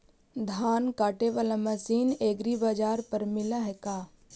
धान काटे बाला मशीन एग्रीबाजार पर मिल है का?